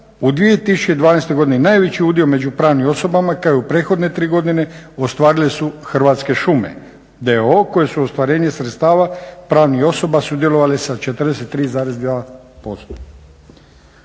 U 2012. godini najveći udio među pravnim osobama kao i u prethodne tri godine ostvarile su Hrvatske šume d.o.o. koje su ostvarenje sredstava pravnih osoba sudjelovale sa 43,2%.